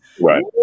Right